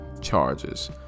charges